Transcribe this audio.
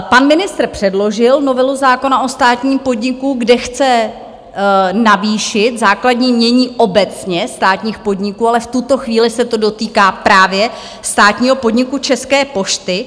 Pan ministr předložil novelu zákona o státním podniku, kde chce navýšit základní jmění obecně státních podniků, ale v tuto chvíli se to dotýká právě státního podniku České pošty.